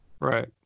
Right